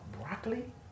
broccoli